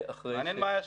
מעניין מה היה שם.